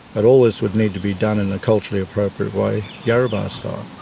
but all this would need to be done in a culturally appropriate way, yarrabah style.